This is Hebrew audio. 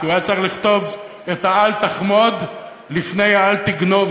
כי היה צריך לכתוב את האל-תחמוד לפני האל-תגנוב,